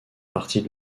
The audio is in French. partie